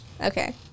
okay